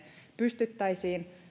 pystyttäisiin